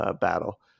battle